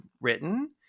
written